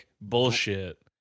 bullshit